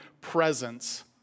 presence